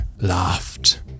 laughed